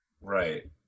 right